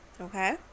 Okay